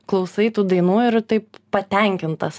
klausai tų dainų ir taip patenkintas